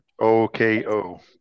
OKO